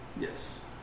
yes